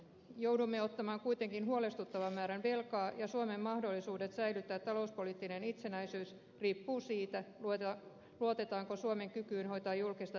joudumme ottamaan kuitenkin huolestuttavan määrän velkaa ja suomen mahdollisuudet säilyttää talouspoliittinen itsenäisyys riippuu siitä luotetaanko suomen kykyyn hoitaa julkista talouttaan